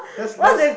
less less